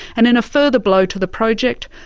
and in a further blow to the project,